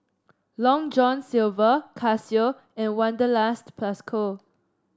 Long John Silver Casio and Wanderlust Plus Co